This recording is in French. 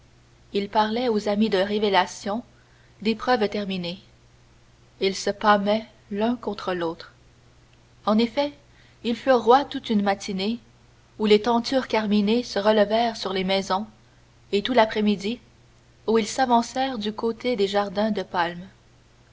il parlait aux amis de révélation d'épreuve terminée ils se pâmaient l'un contre l'autre en effet ils furent rois toute une matinée où les tentures carminées se relevèrent sur les maisons et tout l'après-midi où ils s'avancèrent du côté des jardins de palmes